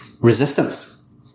resistance